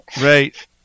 Right